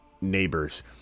neighbors